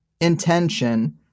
intention